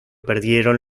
perdieron